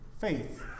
faith